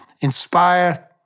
inspire